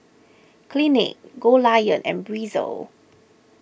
Clinique Goldlion and Breezer